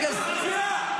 זה ארגון פשיעה.